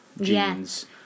jeans